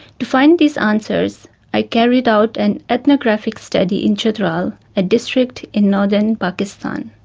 to find these answers i carried out an ethnographic study in chitral, a district in northern pakistan.